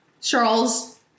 Charles